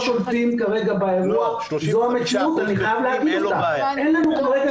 זה נכון שיש מקומות שבהם שעות הפתיחה הם --- יש ערים שלמות